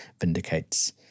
vindicates